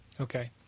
Okay